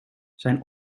zijn